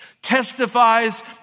testifies